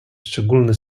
szczególny